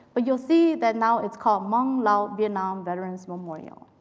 but you'll see that now it's called hmong lao vietnam veterans memorial.